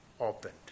opened